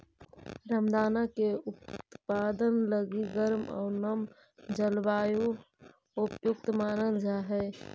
रामदाना के उत्पादन लगी गर्म आउ नम जलवायु उपयुक्त मानल जा हइ